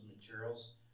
materials